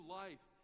life